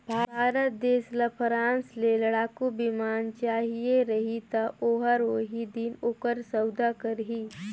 भारत देस ल फ्रांस ले लड़ाकू बिमान चाहिए रही ता ओहर ओही दिन ओकर सउदा करही